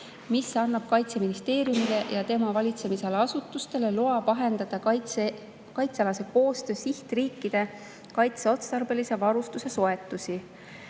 mis annab Kaitseministeeriumile ja tema valitsemisala asutustele loa vahendada kaitsealase koostöö sihtriikide kaitseotstarbelise varustuse soetusi.